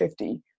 50